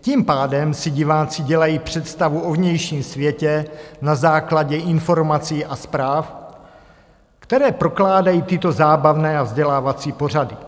Tím pádem si diváci dělají představu o vnějším světě na základě informací a zpráv, které prokládají tyto zábavné a vzdělávací pořady.